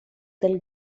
del